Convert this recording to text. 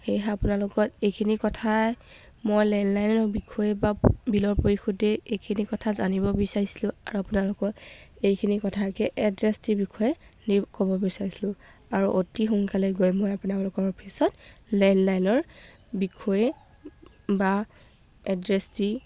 সেয়েহে আপোনালোকক এইখিনি কথাই মই লেণ্ডলাইনৰ বিষয়ে বা বিলৰ পৰিশোধেই এইখিনি কথা জানিব বিচাৰিছিলোঁ আৰু আপোনালোকক এইখিনি কথাকে এড্ৰেছটিৰ বিষয়ে নিৰ ক'ব বিচাৰিছিলোঁ আৰু অতি সোনকালে গৈ মই আপোনালোকৰ অফিচত লেণ্ডলাইনৰ বিষয়ে বা এড্ৰেছটি